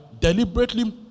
deliberately